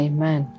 Amen